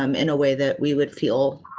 um in a way that we would feel.